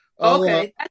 Okay